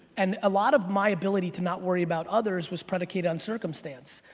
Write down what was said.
and a lot of my ability to not worry about others was predicated on circumstance.